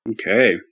Okay